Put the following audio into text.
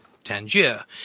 Tangier